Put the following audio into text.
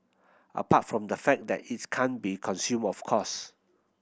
apart from the fact that it can't be consumed of course